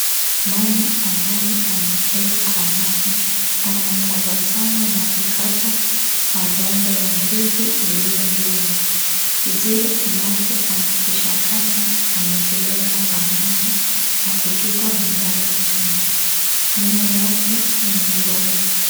Mama ambaye ameketi kwa mawe anatabasamu na kukata maganda ya ndizi iliyo mbivu ameziweka pamoja na kutupa maganda chini. Nyuma yake ni migomba.